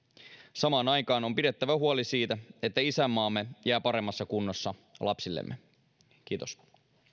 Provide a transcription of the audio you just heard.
samaan aikaan on pidettävä huoli siitä että isänmaamme jää paremmassa kunnossa lapsillemme kiitos